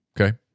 Okay